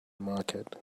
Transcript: market